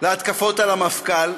להתקפות על המפכ"ל.